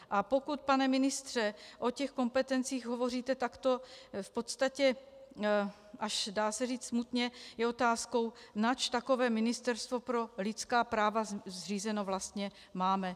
A pokud, pane ministře, o těch kompetencích hovoříte takto v podstatě až se dá říct smutně, je otázkou, nač takové ministerstvo pro lidská práva zřízeno vlastně máme.